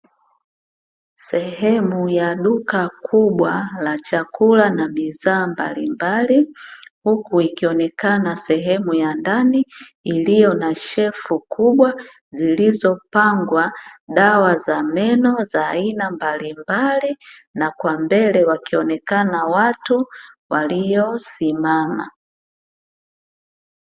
Sehemu ya duka kubwa la chakula na bidhaa mbalimbali, huku ikionekena sehemu ya ndani iliyo na shelfu kubwa zilizopangwa dawa za meno za aina mbalimbali, na kwa mbele wakionekana watu waliosimama.